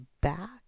back